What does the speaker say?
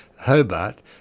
Hobart